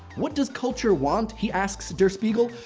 what does culture want, he asks der spiegel?